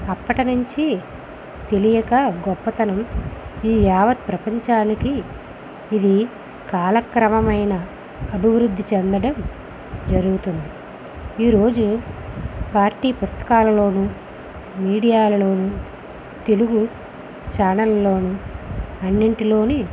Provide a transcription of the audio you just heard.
అప్పటి నుంచి తెలియక గొప్పతనం ఈ యావత్ ప్రపంచానికి ఇది కాలక్రమమైన అభివృద్ధి చెందడం జరుగుతుంది ఈ రోజు పార్టీ పుస్తకాలలో మీడియాలల తెలుగు ఛానల్లలో అన్నింటిలో